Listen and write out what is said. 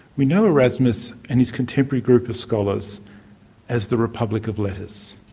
we know erasmus and his contemporary group of scholars as the republic of letters.